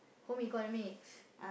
home-economics